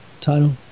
title